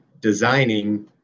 designing